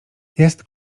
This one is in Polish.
jest